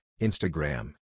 Instagram